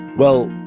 well,